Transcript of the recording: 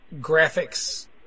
graphics